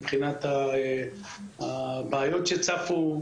מבחינת הבעיות שצפו,